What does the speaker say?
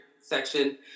section